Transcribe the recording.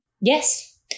Yes